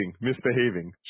Misbehaving